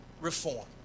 reform